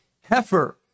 Heifer